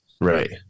Right